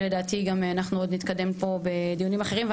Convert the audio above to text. ולדעתי אנחנו גם עוד נתקדם פה בדיונים אחרים.